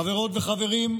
חברות וחברים,